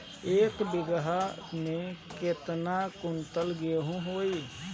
एक बीगहा में केतना कुंटल गेहूं होई?